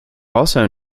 also